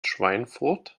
schweinfurt